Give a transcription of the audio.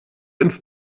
ins